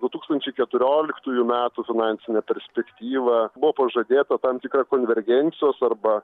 du tūkstančiai keturioliktųjų metų finansinę perspektyvą buvo pažadėta tam tikra konvergencijos arba